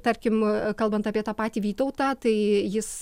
tarkim kalbant apie tą patį vytautą tai jis